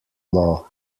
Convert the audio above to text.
law